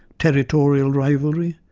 territorial rivalry,